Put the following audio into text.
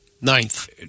Ninth